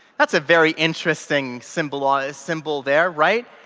that's a very interesting symbol ah symbol there, right?